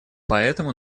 поэтому